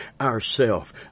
ourself